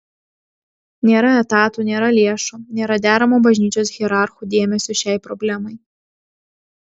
nėra etatų nėra lėšų nėra deramo bažnyčios hierarchų dėmesio šiai problemai